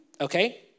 Okay